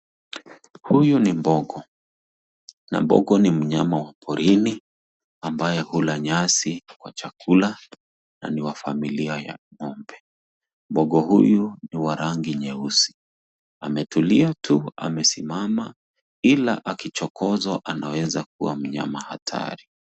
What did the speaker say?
Huyu ni mbogo na mbogo ni mnyama wa porini ambaye hula nyasi wa chakula na ni wa familia ya ng'ombe. Mbogo huyu ni wa rangi nyeusi. Ametulia tu. Amesimama ila akichokozwa anaweza kuwa mnyama hatari.